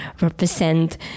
represent